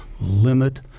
limit